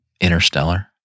interstellar